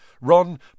Ron